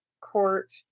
court